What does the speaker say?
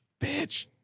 bitch